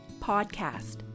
Podcast